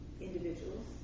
individuals